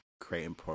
creating